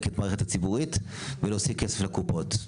את המערכת הציבורית ולהוסיף כסף לקופות,